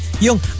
Yung